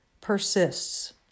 persists